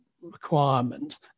requirement